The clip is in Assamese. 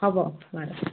হ'ব বাৰু ৰাখা